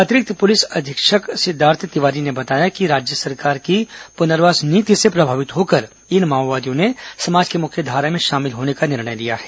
अतिरिक्त पुलिस अधीक्षक सिद्धार्थ तिवारी ने बताया कि राज्य सरकार की पुनर्वास नीति से प्रभावित होकर इन माओवादियों ने समाज की मुख्यधारा में शामिल होने का निर्णय लिया है